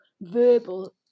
verbal